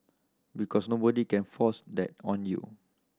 because nobody can force that on you